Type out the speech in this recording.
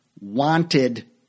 wanted